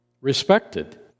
respected